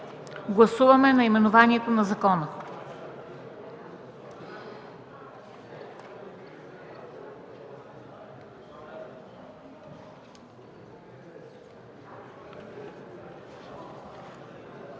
Гласуваме наименованието на закона.